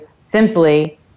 simply